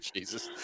Jesus